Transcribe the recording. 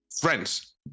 Friends